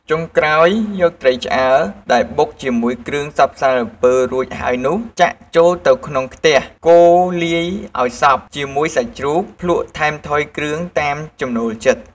ចុងក្រោយយកត្រីឆ្អើរដែលបុកជាមួយគ្រឿងសព្វសារពើរួចហើយនោះ ចាក់ចូលទៅក្នុងខ្ទះ កូរលាយឱ្យសព្វជាមួយសាច់ជ្រូក ភ្លក្សថែមថយគ្រឿងតាមចំណូលចិត្ត។